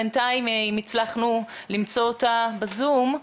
בינתיים אם הצלחנו למצוא אותה בזום,